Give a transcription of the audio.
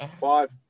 five